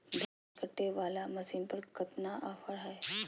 धान कटे बाला मसीन पर कतना ऑफर हाय?